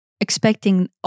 expecting